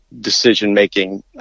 decision-making